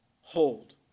hold